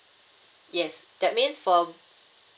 yes that means for